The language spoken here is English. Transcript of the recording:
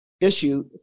issue